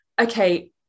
okay